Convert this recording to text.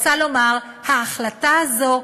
רוצה לומר, ההחלטה הזו,